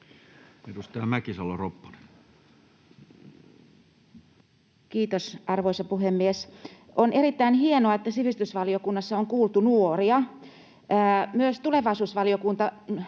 Edustaja Mäkisalo-Ropponen. Kiitos, arvoisa puhemies! On erittäin hienoa, että sivistysvaliokunnassa on kuultu nuoria. Myös tulevaisuusvaliokunta